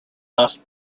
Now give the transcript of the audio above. last